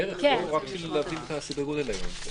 בערך, רק בשביל להבין את סדר הגודל היום.